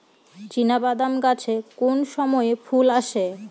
চিনাবাদাম গাছে কোন সময়ে ফুল আসে?